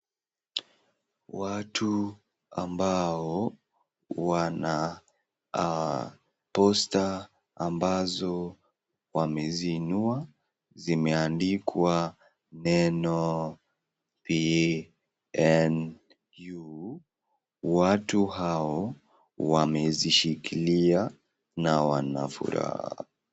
Watu ambao wana posta ambazo wameziinua zimeandikwa neno PNU. Watu hao wamezishikilia na wanafuraha.